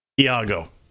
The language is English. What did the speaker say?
Iago